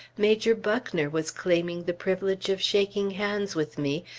major buckner was claiming the privilege of shaking hands with me,